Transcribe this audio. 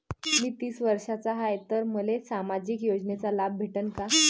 मी तीस वर्षाचा हाय तर मले सामाजिक योजनेचा लाभ भेटन का?